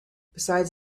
besides